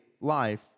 life